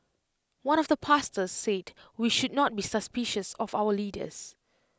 one of the pastors said we should not be suspicious of our leaders